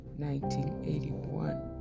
1981